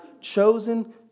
chosen